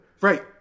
Right